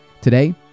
Today